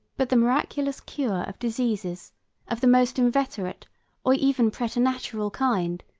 but the miraculous cure of diseases of the most inveterate or even preternatural kind,